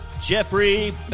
Jeffrey